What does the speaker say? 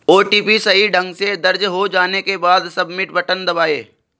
OTP सही ढंग से दर्ज हो जाने के बाद, सबमिट बटन दबाएं